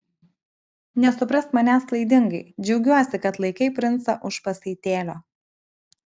nesuprask manęs klaidingai džiaugiuosi kad laikai princą už pasaitėlio